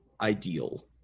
ideal